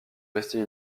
rester